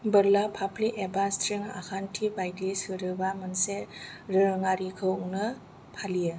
बोरला फाफ्लि एबा स्ट्रिं आखान्थि बायदि सोदोबआ मोनसे दोरोङारिखौनो फालियो